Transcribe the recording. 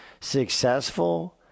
successful